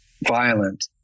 violent